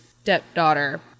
stepdaughter